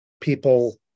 people